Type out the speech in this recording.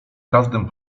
każdym